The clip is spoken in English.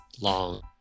long